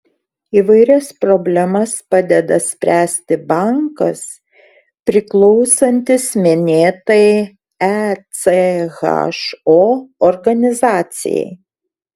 įvairias problemas padeda spręsti bankas priklausantis minėtai echo organizacijai